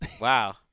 wow